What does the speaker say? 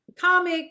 ...comic